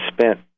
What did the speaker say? spent